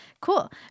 Cool